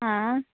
हां